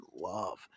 love